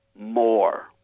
more